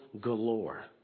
galore